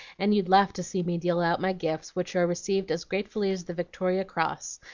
and you'd laugh to see me deal out my gifts, which are received as gratefully as the victoria cross,